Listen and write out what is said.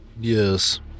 Yes